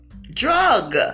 drug